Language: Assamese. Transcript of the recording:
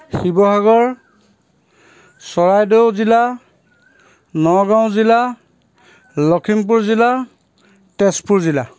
শিৱসাগৰ চৰাইদেউ জিলা নগাঁও জিলা লখিমপুৰ জিলা তেজপুৰ জিলা